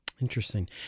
Interesting